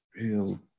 real